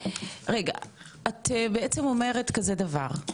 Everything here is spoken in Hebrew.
את בעצם אומרת כזה דבר,